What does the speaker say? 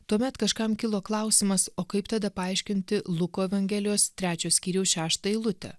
tuomet kažkam kilo klausimas o kaip tada paaiškinti luko evangelijos trečio skyriaus šeštą eilutę